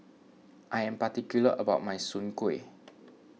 I am particular about my Soon Kway